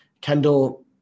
Kendall